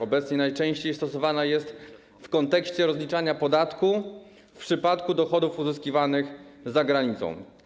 Obecnie najczęściej stosowana jest w kontekście rozliczania podatku w przypadku dochodów uzyskiwanych za granicą.